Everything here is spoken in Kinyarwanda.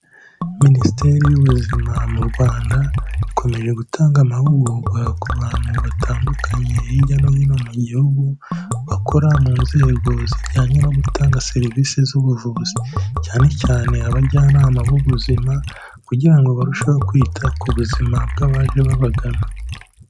Minisiteri y'Ubuzima mu Rwanda, ikomeje gutanga amahugurwa ku bantu batandukanye hirya no hino mu Gihugu, bakora mu nzego zijyanye no gutanga serivisi z'ubuvuzi, cyane cyane abajyanama b'ubuzima kugira ngo barusheho kwita ku buzima bw'abaje babagana.